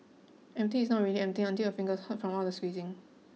empty is not really empty until your fingers hurt from all the squeezing